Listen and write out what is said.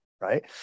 right